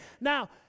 Now